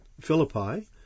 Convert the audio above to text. Philippi